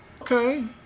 Okay